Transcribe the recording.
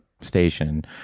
station